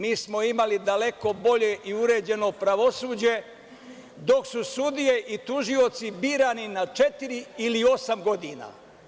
Mi smo imali daleko bolje i uređeno pravosuđe, dok su sudije i tužioci birani na četiri ili osam godina.